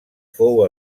fou